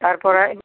তাৰ পৰাই